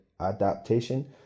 adaptation